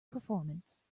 performance